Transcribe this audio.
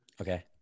Okay